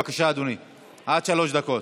בבקשה, אדוני, עד שלוש דקות.